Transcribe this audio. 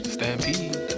Stampede